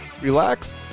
relax